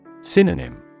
Synonym